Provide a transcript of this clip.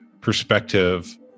perspective